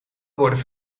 worden